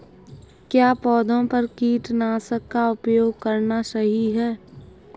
क्या पौधों पर कीटनाशक का उपयोग करना सही है?